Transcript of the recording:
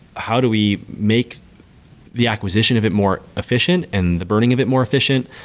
how do we make the acquisition of it more efficient and the burning of it more efficient?